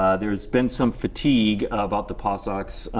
ah there has been some fatigue about the pawsox.